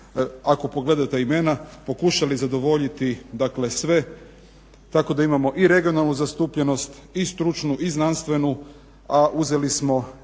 ako pogledate imena pokušali zadovoljiti dakle sve tako da imamo i regionalnu zastupljenost i stručnu i znanstvenu, a uzeli smo